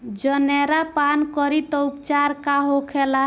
जनेरा पान करी तब उपचार का होखेला?